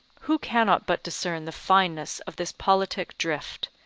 who cannot but discern the fineness of this politic drift,